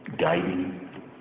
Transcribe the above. guiding